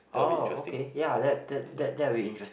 oh okay ya that that that that would be interesting